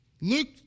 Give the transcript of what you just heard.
Luke